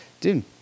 dude